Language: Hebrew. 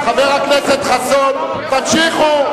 חבר הכנסת חסון, תמשיכו,